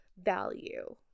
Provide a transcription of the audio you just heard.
value